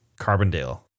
Carbondale